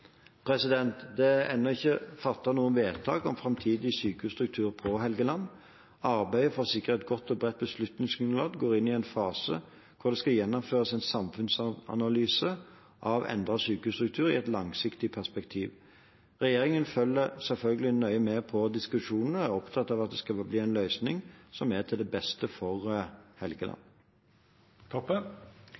Det er ennå ikke fattet noe vedtak om framtidig sykehusstruktur på Helgeland. Arbeidet for å sikre et godt og bredt beslutningsgrunnlag går inn i en fase hvor det skal gjennomføres en samfunnsanalyse av endret sykehusstruktur i et langsiktig perspektiv. Regjeringen følger selvfølgelig nøye med på diskusjonene og er opptatt av at det skal bli en løsning som er til det beste for Helgeland.